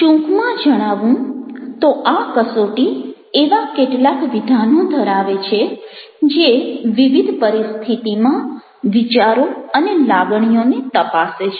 ટૂંકમાં જણાવું તો આ કસોટી એવા કેટલાક વિધાનો ધરાવે છે જે વિવિધ પરિસ્થિતિમાં વિચારો અને લાગણીઓને તપાસે છે